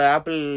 Apple